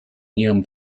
ihrem